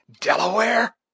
delaware